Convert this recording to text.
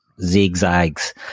zigzags